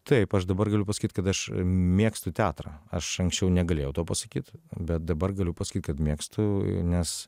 taip aš dabar galiu pasakyt kad aš mėgstu teatrą aš anksčiau negalėjau to pasakyt bet dabar galiu pasakyt kad mėgstu nes